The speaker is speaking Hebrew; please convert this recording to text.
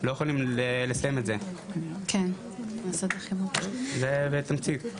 לא יכולים לסיים את זה, זה בתמצית.